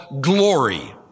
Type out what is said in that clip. glory